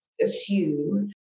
assume